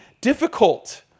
difficult